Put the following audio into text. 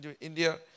India